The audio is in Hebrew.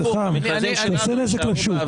זה עושה נזק לשוק.